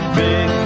big